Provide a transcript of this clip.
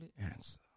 answer